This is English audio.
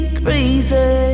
crazy